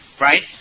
right